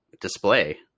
display